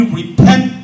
repent